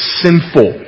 sinful